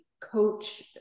coach